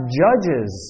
judges